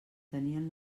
tenien